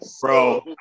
Bro